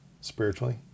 spiritually